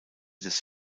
des